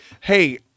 hey